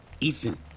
Ethan